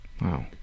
Wow